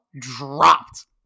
dropped